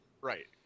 Right